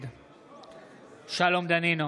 נגד שלום דנינו,